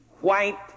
White